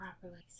properly